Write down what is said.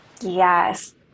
Yes